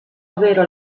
ovvero